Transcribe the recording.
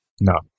No